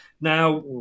Now